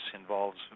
involves